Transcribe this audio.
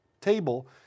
table